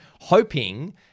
hoping